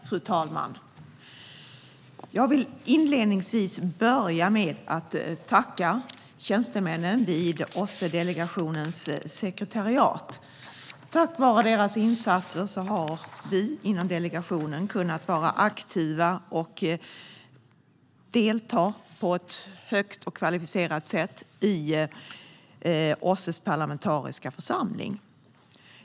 Fru talman! Låt mig inledningsvis tacka tjänstemännen vid OSSE-delegationens sekretariat. Tack vare deras insatser har vi inom delegationen kunnat vara aktiva och delta på ett kvalificerat sätt i OSSE:s parlamentariska församling.